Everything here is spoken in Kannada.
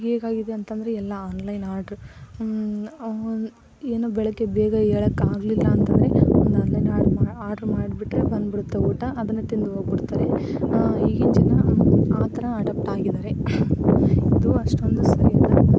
ಈಗ ಹೇಗಾಗಿದೆ ಅಂತ ಅಂದ್ರೆ ಎಲ್ಲ ಆನ್ಲೈನ್ ಆಡ್ರ್ ಏನು ಬೆಳಗ್ಗೆ ಬೇಗ ಹೇಳೋಕ್ಕಾಗ್ಲಿಲ್ಲ ಅಂತಂದ್ರೆ ಆನ್ಲೈನ್ ಆಡ್ರ್ ಮಾ ಆಡ್ರ್ ಮಾಡಿಬಿಟ್ರೆ ಬಂದ್ಬಿಡುತ್ತೆ ಊಟ ಅದನ್ನ ತಿಂದು ಹೋಗ್ಬಿಡ್ತಾರೆ ಈಗಿನ ಜನ ಆ ಥರ ಅಡಾಪ್ಟ್ ಆಗಿದ್ದಾರೆ ಇದು ಅಷ್ಟೊಂದು ಸರಿ ಅಲ್ಲ